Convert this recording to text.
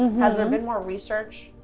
has there been more research?